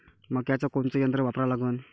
मक्याचं कोनचं यंत्र वापरा लागन?